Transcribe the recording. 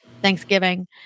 Thanksgiving